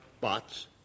bots